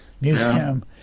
museum